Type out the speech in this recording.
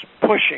pushing